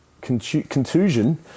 contusion